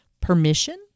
permission